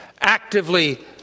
actively